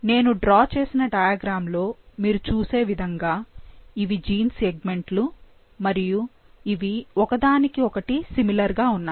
నేను డ్రా చేసిన డయాగ్రం లో మీరు చూసే విధంగా ఇవి జీన్ సెగ్మెంట్లు మరియు ఇవి ఒకదానికి ఒకటి సిమిలర్ గా ఉన్నాయి